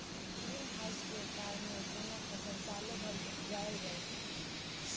green house केर कारणेँ कोनो फसल सालो भरि उपजाएल जाइ छै